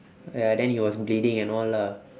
uh then he was bleeding and all lah